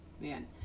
man